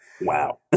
Wow